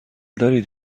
دارید